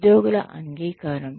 ఉద్యోగుల అంగీకారం